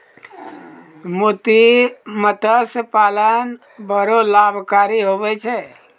मोती मतस्य पालन बड़ो लाभकारी हुवै छै